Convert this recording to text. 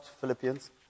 Philippians